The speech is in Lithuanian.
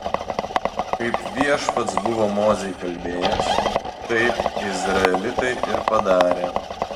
kaip viešpats buvo mozei kalbėjęs taip izraelitai ir padarė